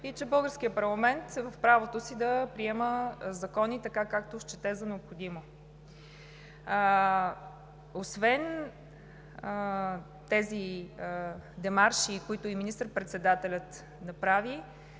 и че българският парламент е в правото си да приема закони, както счете за необходимо. Освен тези демарши, също така и министър-председателят направи